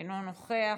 אינו נוכח,